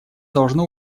должно